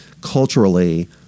culturally